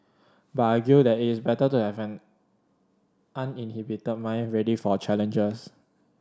but I argue that it is better to have an uninhibited mind ready for challenges